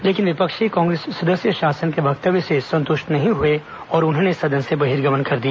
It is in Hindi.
लेकिन विपक्षी कांग्रेस सदस्य शासन के वक्तव्य से संतुष्ट नहीं हुए और उन्होंने सदन से बहिर्गमन कर दिया